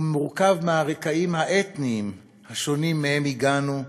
ומורכב מהרקעים האתניים השונים שמהם הגענו,